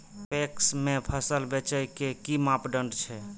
PACS में फसल बेचे के कि मापदंड छै?